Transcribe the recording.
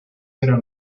eran